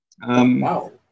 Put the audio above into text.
Wow